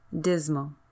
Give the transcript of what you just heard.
Dismal